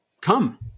come